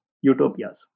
utopias